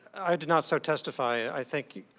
i did not so testified. i think